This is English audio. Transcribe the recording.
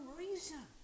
reason